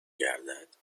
گردد